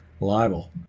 libel